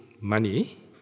money